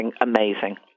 amazing